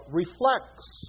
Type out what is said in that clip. reflects